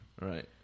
Right